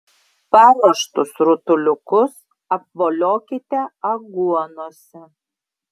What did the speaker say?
paruoštus rutuliukus apvoliokite aguonose